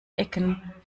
ecken